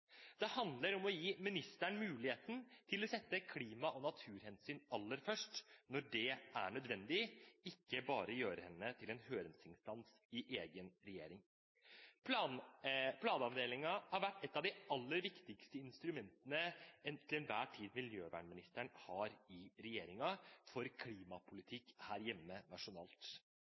Det handler om å gi ministeren muligheten til å sette klima- og naturhensyn aller først når det er nødvendig, ikke bare gjøre henne til en høringsinstans i egen regjering. Planavdelingen har vært et av de aller viktigste instrumentene miljøministeren til enhver tid har i regjeringen for klimapolitikk her hjemme – nasjonalt.